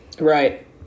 right